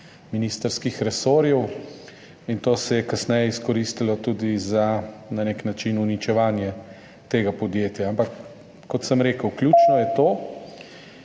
ministrskih resorjev, to se je kasneje izkoristilo tudi za, na nek način, uničevanje tega podjetja. Ampak, kot sem rekel, ključno je to,